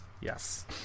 Yes